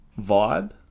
vibe